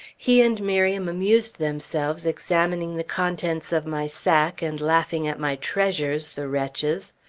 he and miriam amused themselves examining the contents of my sack and laughing at my treasures, the wretches!